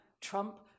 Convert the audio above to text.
Trump